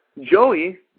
Joey